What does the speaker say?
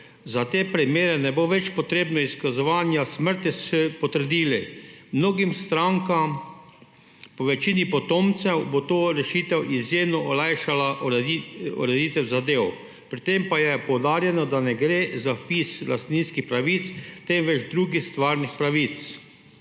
Za te primere ne bo več potrebno izkazovanje smrti s potrdili. Mnogim strankam, po večini potomcem, bo ta rešitev izjemno olajšala ureditev zadev. Pri tem pa je poudarjeno, da ne gre za vpis lastninskih pravic, temveč drugih stvarnih pravic.